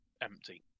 empty